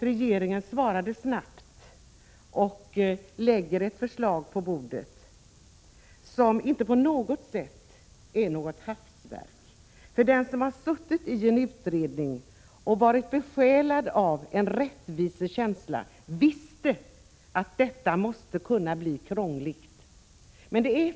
Regeringen svarade snabbt och har på riksdagens bord lagt ett förslag som inte på något sätt är ett hafsverk. Den som har suttit i en utredning och varit besjälad av en rättvisekänsla visste att detta måste kunna bli krångligt.